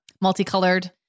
multicolored